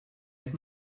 qed